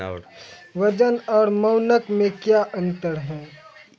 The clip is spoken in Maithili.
वजन और मानक मे क्या अंतर हैं?